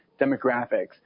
demographics